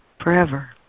forever